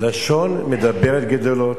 לשון מדברת גדולות.